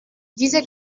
diese